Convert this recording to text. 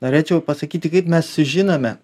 norėčiau pasakyti kaip mes sužinome